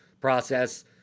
process